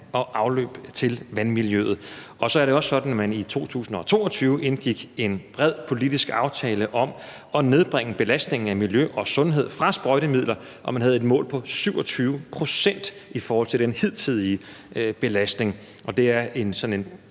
og afløb til vandmiljøet. Så er det også sådan, at man i 2022 indgik en bred politisk aftale om at nedbringe belastningen på miljø og sundhed fra sprøjtemidler. Man havde et mål på 27 pct. i forhold til den hidtidige belastning; det er sådan en